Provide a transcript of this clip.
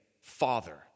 Father